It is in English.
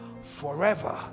forever